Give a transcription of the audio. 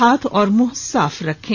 हाथ और मुंह साफ रखें